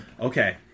Okay